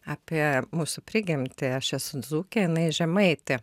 apie mūsų prigimtį aš esu dzūkė jinai žemaitė